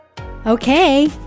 Okay